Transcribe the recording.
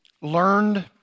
learned